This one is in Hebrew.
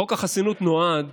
חוק החסינות נועד